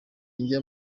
njya